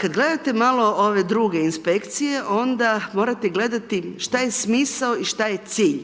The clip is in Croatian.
Kad gledate malo ove druge Inspekcije, onda morate gledati što je smisao i šta je cilj.